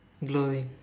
glowing